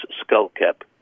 skullcap